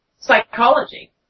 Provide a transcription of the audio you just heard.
psychology